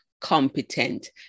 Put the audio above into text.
competent